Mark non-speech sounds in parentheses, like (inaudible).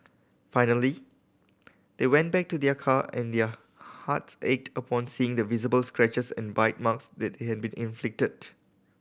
finally they went back to their car and their hearts ached upon seeing the visible scratches and bite marks that (unintelligible) had been inflicted